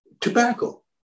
Tobacco